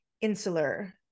insular